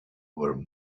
were